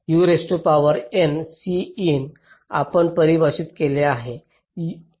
आपण परिभाषित कसे हे आहे U